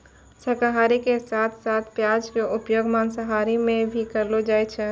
शाकाहार के साथं साथं प्याज के उपयोग मांसाहार मॅ भी करलो जाय छै